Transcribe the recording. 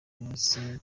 munsi